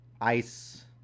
ice